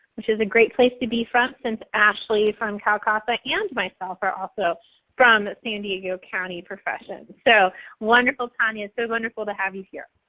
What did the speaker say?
which is a great place to be from since ashley from calcasa and myself are also from san diego county professions. so wonderful, tanya, so wonderful to have you here.